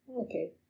Okay